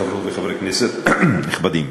חברות וחברי כנסת נכבדים,